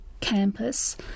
campus